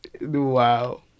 Wow